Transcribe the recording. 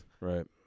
Right